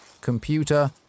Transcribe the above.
computer